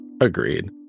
agreed